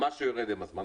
מס שיורד עם הזמן.